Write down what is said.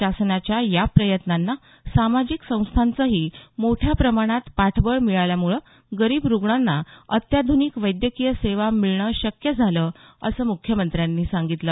शासनाच्या या प्रयत्नांना सामाजिक संस्थांचेही मोठ्या प्रमाणात पाठबळ मिळाल्यामुळे गरीब रुग्णांना अत्याध्रनिक वैद्यकीय सेवा मिळणं शक्य झालं असं मुख्यमंत्र्यांनी सांगितलं